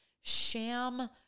sham